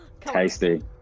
Tasty